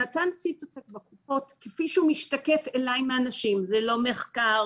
המתן ציטוטק בקופות כפי שהוא משתקף אליי מאנשים וזה לא מחקר,